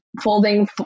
folding